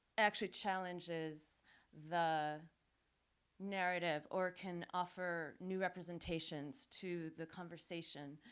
actually challenges the narrative or can offer new representations to the conversation